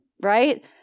right